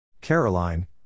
Caroline